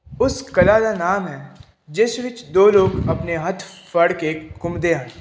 ਉਸ ਕਲਾ ਦਾ ਨਾਮ ਹੈ ਜਿਸ ਵਿੱਚ ਦੋ ਲੋਕ ਆਪਣੇ ਹੱਥ ਫੜ ਕੇ ਘੁੰਮਦੇ ਹਨ